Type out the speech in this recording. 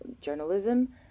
journalism